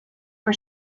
for